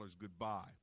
goodbye